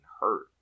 hurt